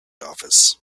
office